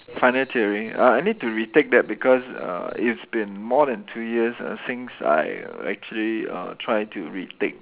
final theory uh I need to retake that because uh it's been more than two years ah since I actually err try to retake